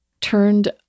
turned